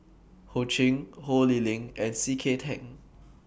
Ho Ching Ho Lee Ling and C K Tang